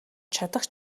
чадах